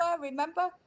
remember